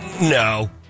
No